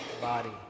body